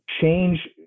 change